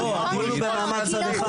לא, הדיון הוא במעמד צד אחד.